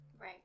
Right